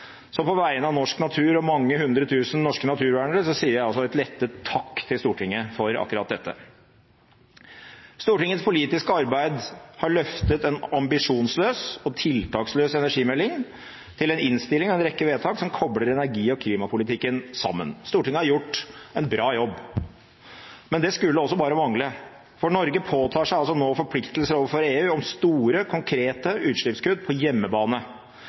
Så på vegne av norsk natur og mange hundre tusen norske naturvernere sier jeg en lettet takk til Stortinget for akkurat dette. Stortingets politiske arbeid har løftet en ambisjonsløs og tiltaksløs energimelding til en innstilling og en rekke vedtak som kobler energi- og klimapolitikken sammen. Stortinget har gjort en bra jobb. Men det skulle også bare mangle, for Norge påtar seg altså nå forpliktelser overfor EU om store, konkrete utslippskutt på hjemmebane.